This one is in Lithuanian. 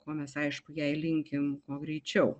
ko mes aišku jai linkim kuo greičiau